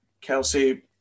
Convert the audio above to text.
Kelsey